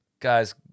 guys